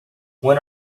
when